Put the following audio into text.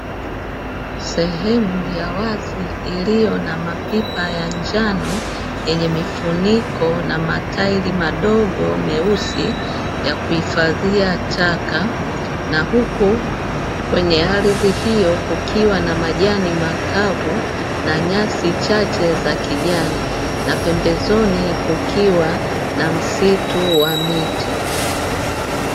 Sehemu ya wazi iliyo na mapipa ya njano yenye mifuniko na matairi madogo meusi ya kuhifadhia taka, na huku kwenye ardhi hiyo kukiwa na majani makavu na nyasi chache za kijani na pembezoni kukiwa na msitu wa miti.